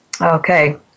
okay